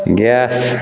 gas